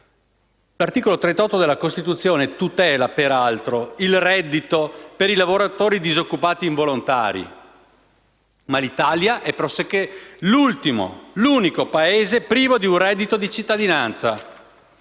L'articolo 38 della Costituzione peraltro tutela il reddito dei lavoratori disoccupati involontari, ma l'Italia è pressoché l'unico Paese privo di un reddito di cittadinanza.